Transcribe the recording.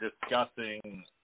discussing